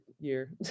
year